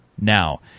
now